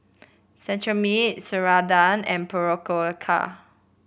Cetrimide Ceradan and Berocca